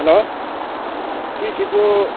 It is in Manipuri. ꯍꯜꯂꯣ ꯁꯤꯁꯤꯕꯨ